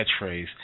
catchphrase